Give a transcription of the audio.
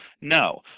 No